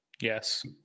Yes